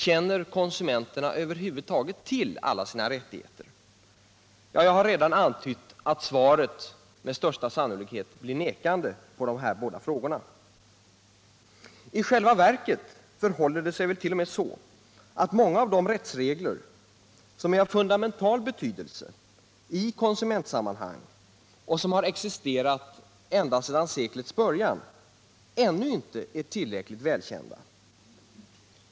Känner konsumenterna över huvud taget till alla sina rättigheter? Svaret på båda frågorna blir med största sannolikhet nekande. I själva verket förhåller det sig t.o.m. så att många av de rättsregler som är av fundamental betydelse i konsumentsammanhang och som har existerat ända sedan seklets början ännu icke är tillräckligt väl kända.